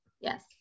Yes